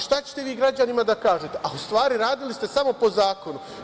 Šta ćete vi građanima da kažete, a u stvari, radili ste samo po zakonu.